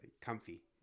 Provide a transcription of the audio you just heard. comfy